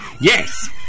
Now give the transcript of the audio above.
Yes